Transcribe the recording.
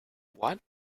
what